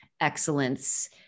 excellence